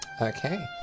Okay